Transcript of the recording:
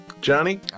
Johnny